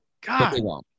God